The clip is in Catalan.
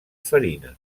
farina